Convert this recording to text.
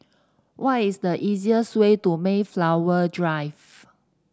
what is the easiest way to Mayflower Drive